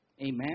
Amen